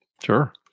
Sure